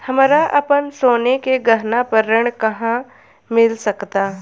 हमरा अपन सोने के गहना पर ऋण कहां मिल सकता?